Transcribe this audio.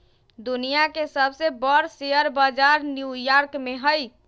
दुनिया के सबसे बर शेयर बजार न्यू यॉर्क में हई